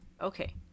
okay